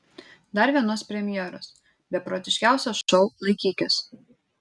dar vienos premjeros beprotiškiausio šou laikykis